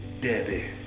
Debbie